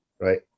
Right